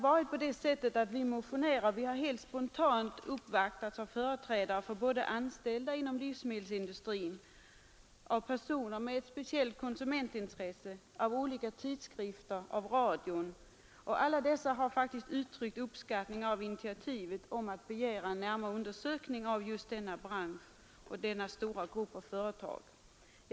Vi motionärer har helt spontant uppvaktats av företrädare för anställda inom livsmedelsindustrin, av personer med ett speciellt konsumentintresse, av olika tidskrifter och av radion, och alla dessa har faktiskt uttryckt uppskattning av initiativet att begära en närmare undersökning av just denna bransch och denna stora grupp av företag.